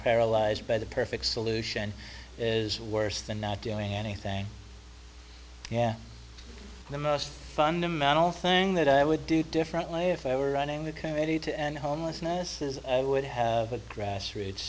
paralyzed by the perfect solution is worse than not doing anything yeah the most fundamental thing that i would do differently if i were running the committee to end homelessness is i would have a grassroots